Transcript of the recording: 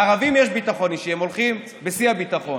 לערבים יש ביטחון אישי, הם הולכים בשיא הביטחון.